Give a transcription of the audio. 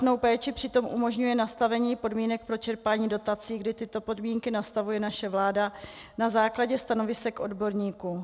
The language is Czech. Špatnou péči přitom umožňuje nastavení podmínek pro čerpání dotací, kdy tyto podmínky nastavuje naše vláda na základě stanovisek odborníků.